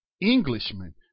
Englishman